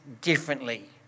differently